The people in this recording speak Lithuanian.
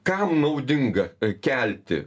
kam naudinga kelti